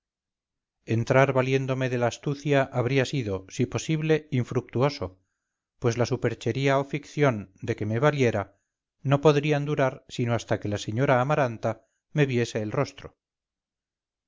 entrar valiéndome de la astucia habría sido si posible infructuoso pues la superchería o ficción de que me valiera no podrían durar sino hasta que la señora amaranta me viese el rostro